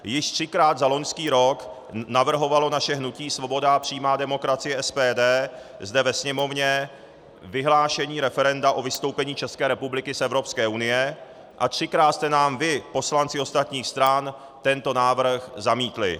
Již třikrát za loňský rok navrhovalo naše hnutí Svoboda a přímá demokracie SPD zde ve Sněmovně vyhlášení referenda o vystoupení České republiky z Evropské unie a třikrát jste nám vy, poslanci ostatních stran, tento návrh zamítli.